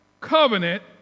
covenant